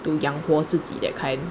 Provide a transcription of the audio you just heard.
to 养活自己 that kind